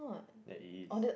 that it is